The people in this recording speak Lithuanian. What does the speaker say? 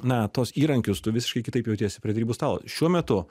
na tuos įrankius tu visiškai kitaip jautiesi prie derybų stalo šiuo metu